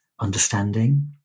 understanding